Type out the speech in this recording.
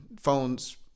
phones